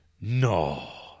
No